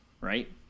right